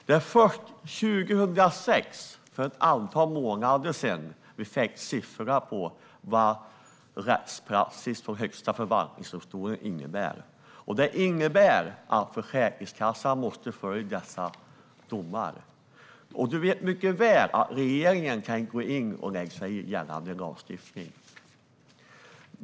Det var först för ett antal månader sedan vi fick siffror på vad rättspraxis enligt Högsta förvaltningsdomstolen innebär. Det innebär att Försäkringskassan måste följa dessa domar. Du vet mycket väl, Bengt Eliasson, att regeringen inte kan gå in och lägga sig i gällande lagstiftning.